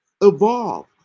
Evolve